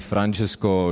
Francesco